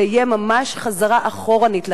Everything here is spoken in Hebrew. זו תהיה ממש חזרה אחורנית,